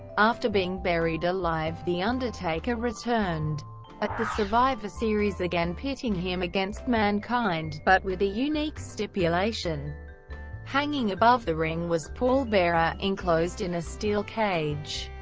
after being buried alive, the undertaker returned at the survivor series again pitting him against mankind, but with a unique stipulation hanging above the ring was paul bearer, enclosed in a steel cage.